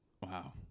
Wow